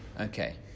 Okay